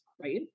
right